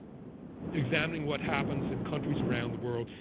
examining what happens in countries around the world,